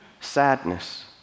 sadness